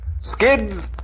skids